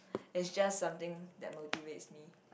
it's just something that motivates me